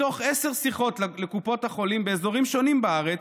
מתוך עשר שיחות לקופות החולים באזורים שונים בארץ,